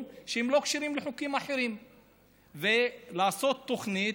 שלא קשורים לחוקים אחרים ולעשות תוכנית,